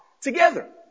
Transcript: together